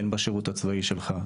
הן בשירות הצבאי שלך,